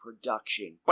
production